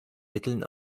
mitteln